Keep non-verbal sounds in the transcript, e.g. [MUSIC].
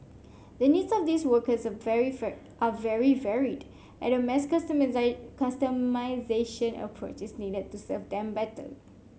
the needs of these workers very fur are very varied and a mass [UNINTELLIGIBLE] customisation approach is needed to serve them better